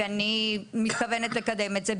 ואני מתכוונת לקדם את זה,